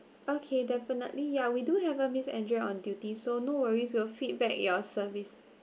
okay definitely ya we do have a miss andrea on duty so no worries will feedback your service